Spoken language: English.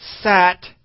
sat